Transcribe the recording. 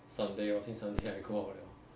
sunday lor since sunday I go out liao